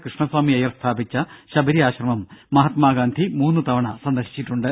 കൃഷ്ണസ്വാമി അയ്യർ സ്ഥാപിച്ച ശബരി ആശ്രമം മഹാത്മാഗാന്ധി മൂന്നുതവണ സന്ദർശിച്ചിട്ടുണ്ട്